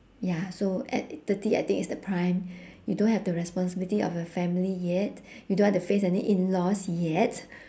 ya so at thirty I think it's the prime you don't have the responsibility of a family yet you don't have to face any in laws yet